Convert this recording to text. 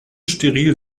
steril